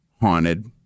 haunted